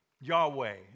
Yahweh